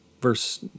verse